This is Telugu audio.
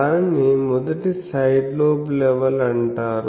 దానిని మొదటి సైడ్ లోబ్ లెవెల్ అంటారు